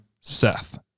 Seth